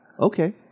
Okay